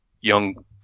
young